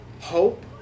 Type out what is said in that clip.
hope